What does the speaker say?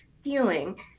feeling